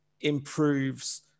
improves